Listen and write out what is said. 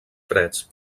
freds